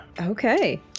Okay